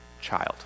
child